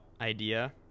idea